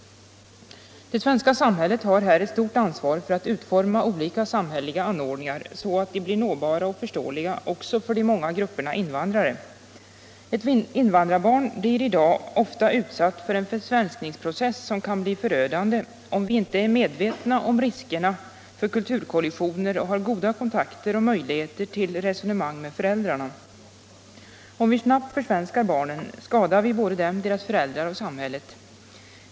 Det svenska samhället har här ett stort ansvar för att utforma olika samhälleliga anordningar så att de blir nåbara och förståeliga också för de många grupperna invandrare. Ett invandrarbarn blir i dag ofta utsatt för en försvenskningsprocess som kan bli förödande om vi inte är medvetna om riskerna för kulturkollisioner och har goda kontakter och möjligheter till resonemang med föräldrarna. Om vi snabbt försvenskar barnen, skadar vi både dem, deras föräldrar och samhället.